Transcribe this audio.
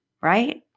right